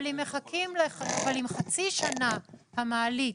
אבל אם חצי שנה המעלית